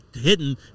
hidden